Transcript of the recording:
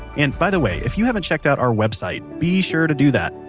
and, by the way, if you haven't checked out our website, be sure to do that.